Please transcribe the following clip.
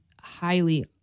highly